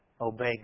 obey